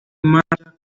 marcha